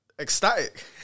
ecstatic